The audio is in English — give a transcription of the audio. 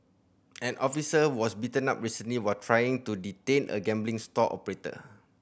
an officer was beaten up recently while trying to detain a gambling stall operator